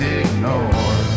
ignore